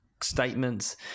statements